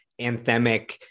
anthemic